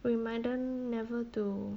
reminder never to